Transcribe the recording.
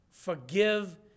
Forgive